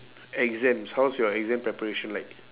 exams how's your exam preparation like